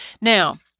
Now